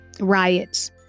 riots